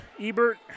Ebert